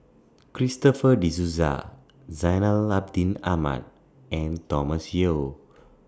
Christopher De Souza Zainal Abidin Ahmad and Thomas Yeo